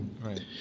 Right